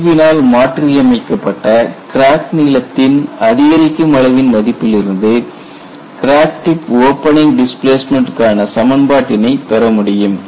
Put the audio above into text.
இர்வினால் மாற்றியமைக்கப்பட்ட கிராக் நீளத்தின் அதிகரிக்கும் அளவின் மதிப்பிலிருந்து கிராக் டிப் ஓபனிங் டிஸ்பிளேஸ்மெண்ட்டுக்கான சமன்பாட்டினை பெறமுடியும்